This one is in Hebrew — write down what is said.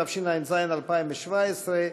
התשע"ז 2017,